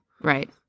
right